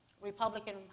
Republican